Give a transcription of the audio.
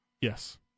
Yes